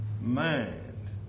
mind